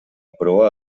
proa